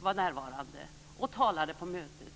var närvarande och talade på mötet.